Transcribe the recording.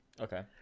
Okay